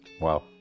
Wow